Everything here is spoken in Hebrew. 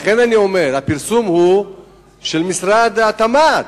לכן אני אומר שהפרסום הוא של משרד התמ"ת,